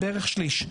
בערך שליש.